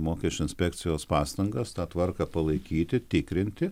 mokesčių inspekcijos pastangas tą tvarką palaikyti tikrinti